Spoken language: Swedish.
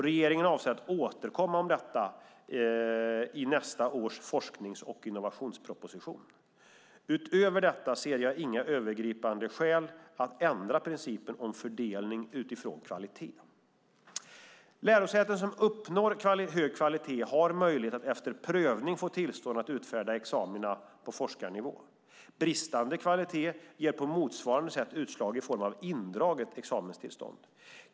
Regeringen avser att återkomma om detta i nästa års forsknings och innovationsproposition. Utöver detta ser jag inga övergripande skäl att ändra principen om fördelning utifrån kvalitet. Lärosäten som uppnår hög kvalitet har möjlighet att efter prövning få tillstånd att utfärda examina på forskarnivå. Bristande kvalitet ger på motsvarande sätt utslag i form av indraget examenstillstånd.